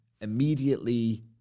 immediately